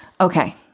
Okay